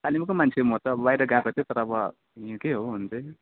कालिम्पोङकै मान्छे हो म त बाहिर गएको थिएँ तर अब यहीँकै हो हुनु चाहिँ